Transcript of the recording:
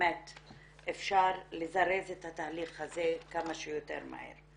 שאפשר לזרז את התהליך הזה כמה שיותר מהר.